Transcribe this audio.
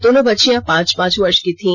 दोनों बच्चियां पांच पांच वर्ष की थीं